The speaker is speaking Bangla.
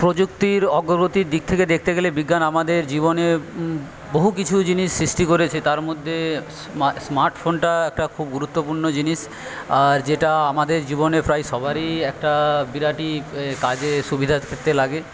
প্রযুক্তির অগ্রগতির দিক থেকে দেখতে গেলে বিজ্ঞান আমাদের জীবনে বহু কিছু জিনিস সৃষ্টি করেছে তার মধ্যে স্মার্টফোনটা একটা খুব গুরুত্বপূর্ণ জিনিস আর যেটা আমাদের জীবনে প্রায় সবারই একটা বিরাটই কাজের সুবিধাতে লাগে